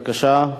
בבקשה.